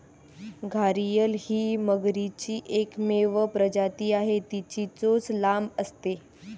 घारीअल ही मगरीची एकमेव प्रजाती आहे, तिची चोच लांब असते